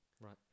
right